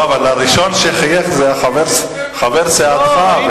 אבל הראשון שחייך זה חבר סיעתך,